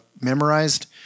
memorized